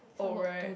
oh right